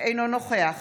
אינו נוכח